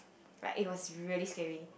like it was really scary